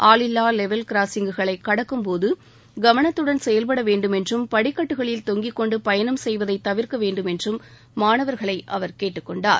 ஆளில்லா லெவல் கிராசிங்குகளை கடக்கும்போது கவனத்துடன் செயல்பட வேண்டும் என்றும் படிக்கட்டுகளில் தொங்கிக் கொண்டு பயணம் செய்வதை தவிர்க்க வேண்டும் என்றும் மாணவர்களை அவர் கேட்டுக் கொண்டார்